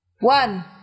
One